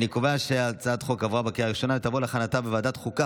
אני קובע שהצעת חוק תובענות ייצוגיות (תיקון מס' 15),